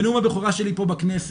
בנאום הבכורה שלי פה בכנסת